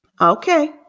okay